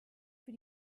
für